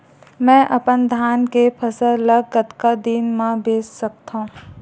मैं अपन धान के फसल ल कतका दिन म बेच सकथो?